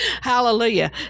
Hallelujah